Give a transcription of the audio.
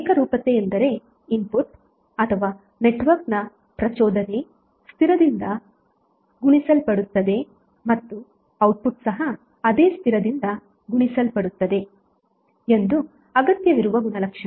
ಏಕರೂಪತೆ ಎಂದರೆ ಇನ್ಪುಟ್ ಅಥವಾ ನೆಟ್ವರ್ಕ್ನ ಪ್ರಚೋಧನೆ ಸ್ಥಿರದಿಂದ ಗುಣಿಸಲ್ಪಡುತ್ತದೆ ಮತ್ತು ಔಟ್ಪುಟ್ ಸಹ ಅದೇ ಸ್ಥಿರದಿಂದ ಗುಣಿಸಲ್ಪಡುತ್ತದೆ ಎಂದು ಅಗತ್ಯವಿರುವ ಗುಣಲಕ್ಷಣ